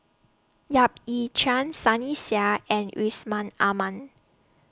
Yap Ee Chian Sunny Sia and Yusman Aman